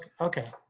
Okay